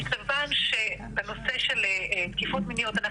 בנושא של תקיפות מיניות,